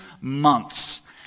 months